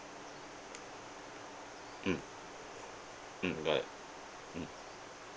mm mm got it mm